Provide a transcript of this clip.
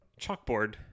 chalkboard